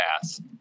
pass